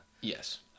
Yes